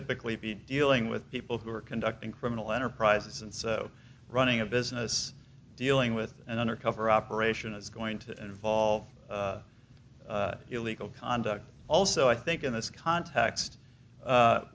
typically be dealing with people who are conducting criminal enterprises and so running a business dealing with an undercover operation is going to involve illegal conduct also i think in this context